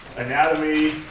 anatomy.